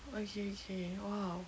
ookay ookay !wow!